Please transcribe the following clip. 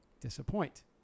disappoint